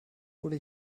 oder